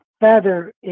Feather